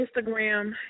Instagram